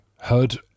heard